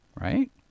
Right